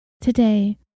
Today